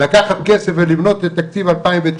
לקחת כסף ולבנות את תקציב 2019,